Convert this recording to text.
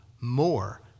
more